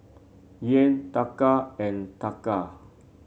Yen Taka and Taka